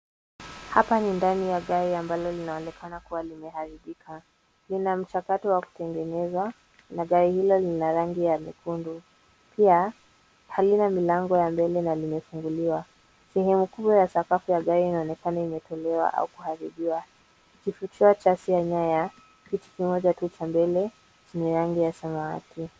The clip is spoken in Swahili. Hapa ni ndani ya gari ambalo linaonekana kuwa limeharibika. Lina mchakato wa kutengenezwa na gari hilo lina rangi ya nyekundu. Pia halina milango ya mbele na limefunguliwa. Sehemu kubwa ya sakafu ya gari inaonekana imetolewa au kuharibiwa ikifichua chasi ya nyaya, kiti kimoja tu cha mbele chenye rangi ya samawati.